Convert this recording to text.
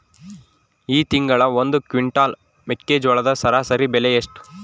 ಈ ತಿಂಗಳ ಒಂದು ಕ್ವಿಂಟಾಲ್ ಮೆಕ್ಕೆಜೋಳದ ಸರಾಸರಿ ಬೆಲೆ ಎಷ್ಟು?